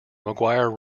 mcguire